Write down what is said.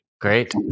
Great